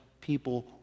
people